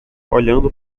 olhando